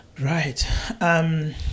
Right